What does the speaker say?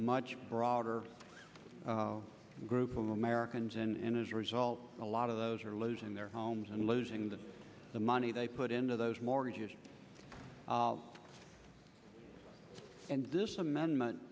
much broader group of americans and is a result a lot of those are losing their homes and losing the the money they put into those mortgages and this amendment